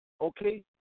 okay